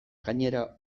gainera